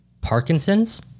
Parkinson's